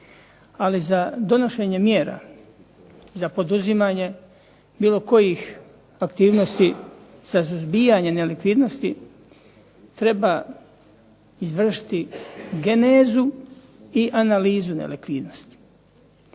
Ali za donošenje mjera, za poduzimanje bilo kojih aktivnosti za suzbijanje nelikvidnosti, treba izvršiti genezu i analizu nelikvidnosti.